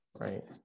right